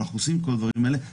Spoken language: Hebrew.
אנחנו עושים את כל הדברים האלה.